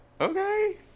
Okay